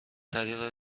طریق